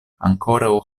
ankoraŭ